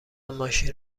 ماشین